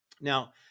Now